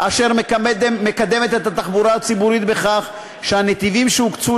אשר מקדמת את התחבורה הציבורית בכך שהנתיבים שהוקצו